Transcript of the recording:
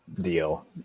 deal